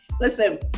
listen